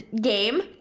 game